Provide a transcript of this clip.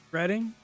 Reading